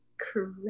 correct